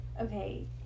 Okay